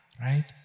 Right